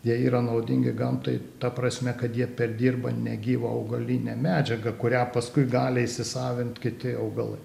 jie yra naudingi gamtai ta prasme kad jie perdirba negyvą augalinę medžiagą kurią paskui gali įsisavint kiti augalai